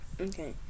Okay